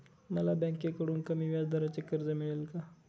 मला बँकेकडून कमी व्याजदराचे कर्ज मिळेल का?